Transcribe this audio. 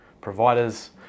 providers